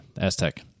Aztec